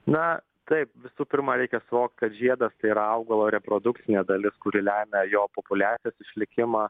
na taip visų pirma reikia suvokt kad žiedas tai yra augalo reprodukcinė dalis kuri lemia jo populiacijos išlikimą